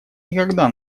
никогда